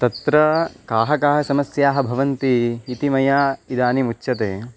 तत्र काः काः समस्याः भवन्ति इति मया इदानीम् उच्यते